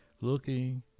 looking